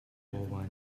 war